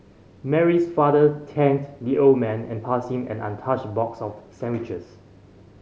Mary's father thanked the old man and passed him an untouched box of sandwiches